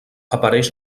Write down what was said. apareix